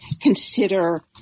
consider